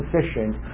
sufficient